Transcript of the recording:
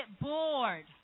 bored